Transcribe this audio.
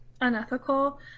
unethical